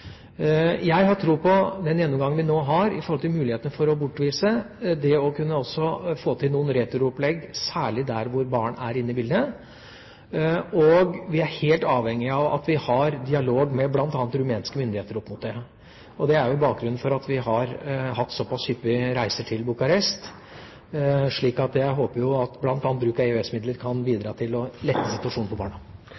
Jeg har tro på den gjennomgangen vi nå har i forbindelse med muligheten for å bortvise, til også å kunne få til noen returopplegg, særlig der hvor barn er inne i bildet. Vi er helt avhengige av at vi har en dialog om det, bl.a. med rumenske myndigheter. Det er jo bakgrunnen for at vi har hatt såpass hyppige reiser til Bucuresti. Så jeg håper jo at bl.a. bruk av EØS-midler kan